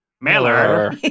Miller